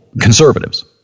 conservatives